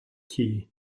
key